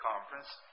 conference